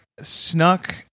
snuck